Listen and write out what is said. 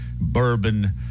Bourbon